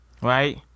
right